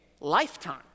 lifetime